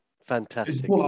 fantastic